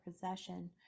possession